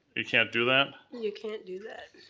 you can't do that? you can't do that.